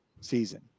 season